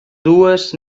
dues